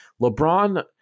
LeBron